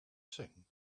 sing